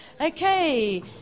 Okay